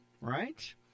right